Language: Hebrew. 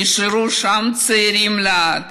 נשארו שם צעירים לעד.